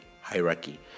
hierarchy